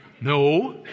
No